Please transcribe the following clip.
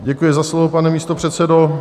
Děkuji za slovo, pane místopředsedo.